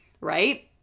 right